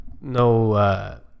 no